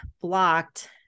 blocked